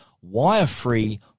wire-free